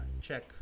check